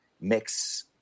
mix